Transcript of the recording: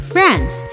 France